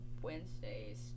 Wednesdays